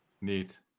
Neat